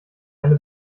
eine